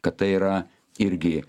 kad tai yra irgi